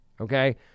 okay